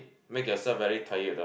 make yourself very tired lah